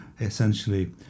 essentially